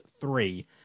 three